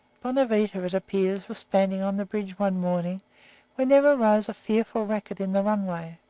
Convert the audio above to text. bonavita, it appears, was standing on the bridge one morning when there arose a fearful racket in the runway,